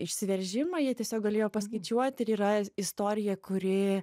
išsiveržimą jie tiesiog galėjo paskaičiuoti ir yra istorija kuri